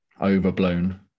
overblown